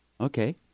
okay